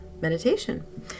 meditation